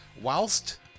whilst